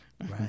Right